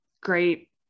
great